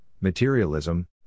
materialism